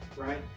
right